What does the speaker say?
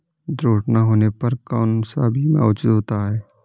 दुर्घटना होने पर कौन सा बीमा उचित होता है?